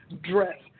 dress